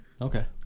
Okay